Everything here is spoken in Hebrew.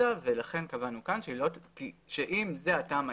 ולכן קבענו כאן שאם זה הטעם היחיד,